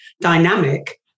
dynamic